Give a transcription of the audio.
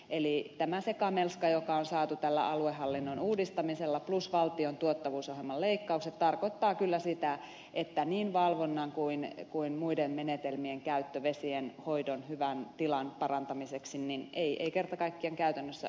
eli tämä sekamelska joka on saatu tällä aluehallinnon uudistamisella plus valtion tuottavuusohjelman leikkauksilla tarkoittaa kyllä sitä että niin valvonnan kuin muiden menetelmien käyttö vesienhoidon hyvän tilan parantamiseksi ei kerta kaikkiaan käytännössä toteudu